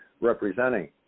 representing